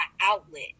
outlet